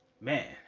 man